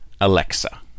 Alexa